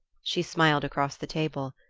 she smiled across the table.